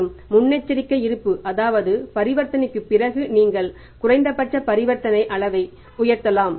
மற்றும் முன்னெச்சரிக்கை இருப்பு அதாவது பரிவர்த்தனைக்கு பிறகு நீங்கள் அந்த குறைந்தபட்ச பரிவர்த்தனை அளவை உயர்த்தலாம்